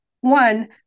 one